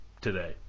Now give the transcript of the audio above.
today